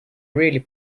really